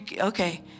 Okay